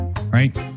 right